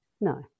No